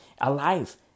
alive